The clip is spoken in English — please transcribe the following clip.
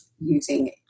using